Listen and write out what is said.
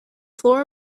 floor